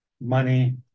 money